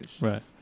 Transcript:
Right